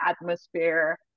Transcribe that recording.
atmosphere